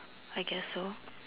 I guess so